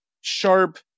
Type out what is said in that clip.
sharp